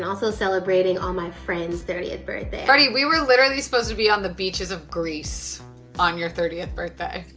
also celebrating all my friends' thirtieth birthdays. freddie, we were literally supposed to be on the beaches of greece on your thirtieth birthday.